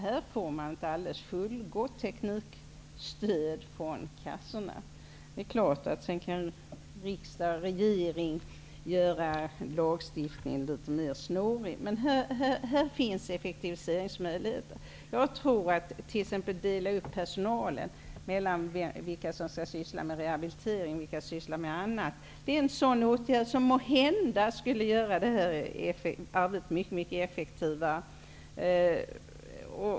Här får man ett alldeles fullgott teknikstöd från kassorna. Det är klart att riksdag och regering sedan kan göra lagstiftningen litet mer snårig. Här finns effektiviseringsmöjligheter. Att dela upp personalen mellan vilka som skall syssla med rehabilitering och vilka som skall syssla med annat tror jag är en sådan åtgärd som måhända skulle göra det här arbetet mycket effektivare.